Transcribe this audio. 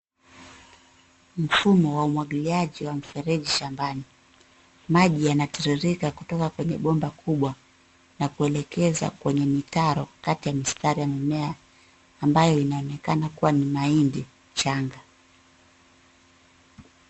Mfumo wa umwagiliaji wa mfereji shambani. Maji yanatiririka kutoka kwenye bomba kubwa na kuelekeza kwenye mitaro kati ya mistari ya mimea ambayo inaonekana kuwa ni mahindi changa.